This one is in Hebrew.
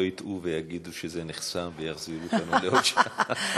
לא יטעו ויגידו שזה נחסם ויחזירו אותנו לעוד שעה.